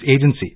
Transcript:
agency